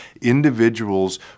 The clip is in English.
individuals